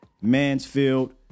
Mansfield